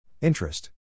Interest